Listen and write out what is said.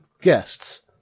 guests